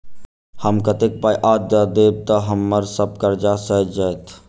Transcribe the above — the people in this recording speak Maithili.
हम कतेक पाई आ दऽ देब तऽ हम्मर सब कर्जा सैध जाइत?